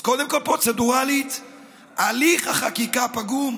אז קודם כול, פרוצדורלית הליך החקיקה פגום,